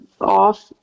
off